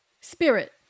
Spirit